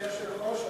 אדוני היושב-ראש,